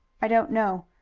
i don't know.